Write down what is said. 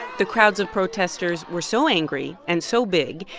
the crowds of protesters were so angry and so big,